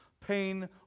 Pain